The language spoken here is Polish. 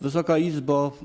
Wysoka Izbo!